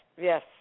Yes